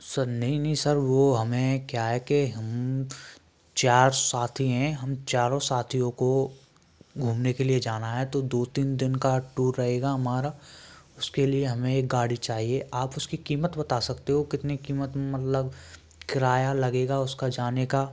sir नहीं नहीं sir वो हमें क्या हैं के हम चार साथी हैं हम चारों साथियों को घुमने के लिए जाना हैं तो दो तीन दिन का टूर रहेगा हमारा उसके लिए हमें एक गाड़ी चाहिए आप उसकी कीमत बता सकतें हो कितने कीमत में मतलब किराया लगेगा उसका जाने का